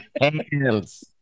hands